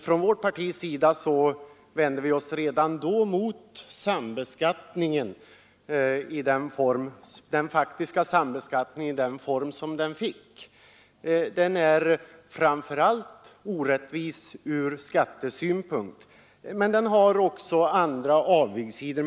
Från vårt partis sida vände vi oss redan då mot den faktiska sambeskattningen i den form som denna fick. Den är framför allt orättvis ur skattesynpunkt, men den har också andra avigsidor.